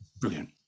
Brilliant